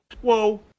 Whoa